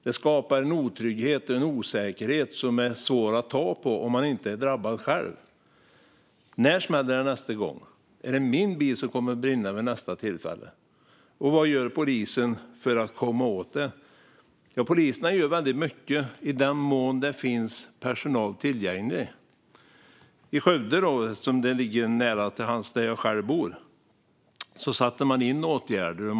Det skapar en otrygghet och en osäkerhet som är svår att ta på om man inte är drabbad själv. När smäller det nästa gång? Är det min bil som kommer att brinna vid nästa tillfälle? Vad gör polisen för att komma åt det? Poliserna gör väldigt mycket i den mån det finns personal tillgänglig. Skövde ligger nära till hands, i förhållande till där jag själv bor. Där satte man in åtgärder.